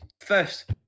First